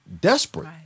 desperate